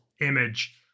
image